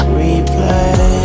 replay